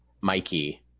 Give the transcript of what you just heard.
Mikey